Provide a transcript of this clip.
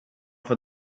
får